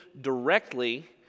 directly